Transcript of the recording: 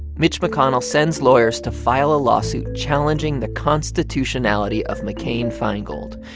mitch mcconnell sends lawyers to file a lawsuit challenging the constitutionality of mccain-feingold.